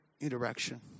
interaction